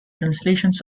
translations